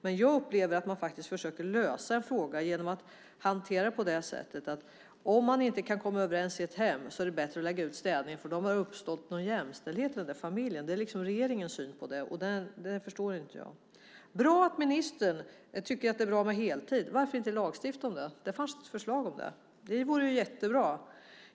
Men jag upplever att man försöker lösa det här problemet genom att hantera det på så sätt att om man inte kan komma överens i ett hem så är det bättre att lägga ut städningen, för då har det uppstått någon sorts jämställdhet i familjen. Det verkar vara regeringens syn på det, och det förstår inte jag. Det är bra att ministern tycker att det är bra med heltid! Varför inte lagstifta om det? Det fanns ett förslag om det. Det vore jättebra.